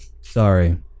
Sorry